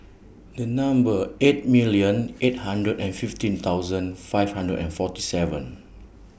A Number eight million eight hundred and fifteen thousand five hundred and forty seven